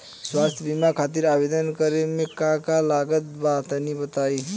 स्वास्थ्य बीमा खातिर आवेदन करे मे का का लागत बा तनि बताई?